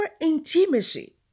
intimacy